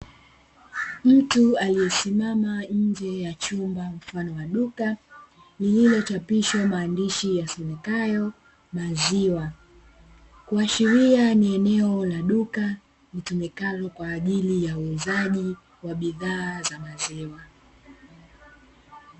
Mtu aliyesimama nje ya chumba mfano wa duka lililochapishwa maandishi ya somekayo maziwa, kuashiria ni eneo la duka litumikalo kwa ajili ya uuzaji wa bidhaa za maziwa.